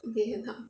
okay 很好